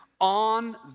on